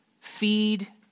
feed